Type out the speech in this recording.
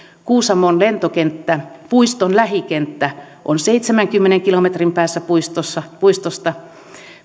kuusamon lentokenttä puiston lähikenttä on seitsemänkymmenen kilometrin päässä puistosta